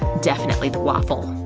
definitely the waffle.